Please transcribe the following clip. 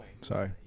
sorry